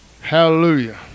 Hallelujah